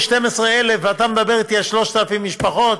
1,712,000, ואתה מדבר אתי על 3,000 משפחות,